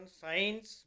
science